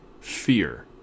fear